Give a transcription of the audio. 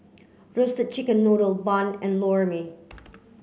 roasted chicken noodle bun and Lor Mee